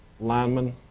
linemen